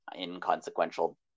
inconsequential